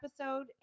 episode